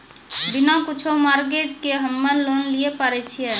बिना कुछो मॉर्गेज के हम्मय लोन लिये पारे छियै?